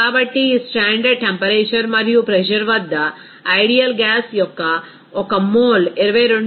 కాబట్టి ఈ standard temperature మరియు ప్రెజర్ వద్ద ఐడియల్ గ్యాస్ యొక్క 1 మోల్ 22